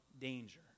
danger